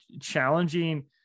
challenging